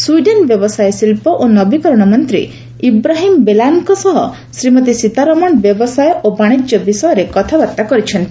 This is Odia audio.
ସ୍ୱିଡେନ ବ୍ୟବସାୟ ଶିଳ୍ପ ଓ ନବୀକରଣ ମନ୍ତ୍ରୀ ଇବ୍ରାହିମ ବେଲାନଙ୍କ ସହ ଶ୍ରୀମତୀ ସୀତାରମଣ ବ୍ୟବସାୟ ଓ ବାଣିଜ୍ୟ ବିଷୟରେ କଥାବାର୍ତ୍ତା କରିଛନ୍ତି